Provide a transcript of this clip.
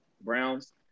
Browns